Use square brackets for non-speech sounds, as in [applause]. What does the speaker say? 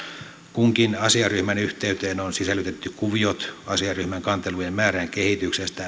kunkin asiaryhmän yhteyteen on sisällytetty kuviot asiaryhmän kantelujen määrän kehityksestä [unintelligible]